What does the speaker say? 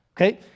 okay